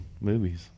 movies